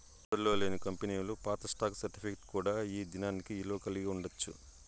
మనుగడలో లేని కంపెనీలు పాత స్టాక్ సర్టిఫికేట్ కూడా ఈ దినానికి ఇలువ కలిగి ఉండచ్చు